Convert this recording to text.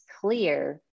clear